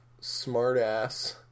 smartass